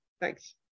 Thanks